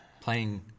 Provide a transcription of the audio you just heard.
playing